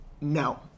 no